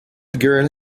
girl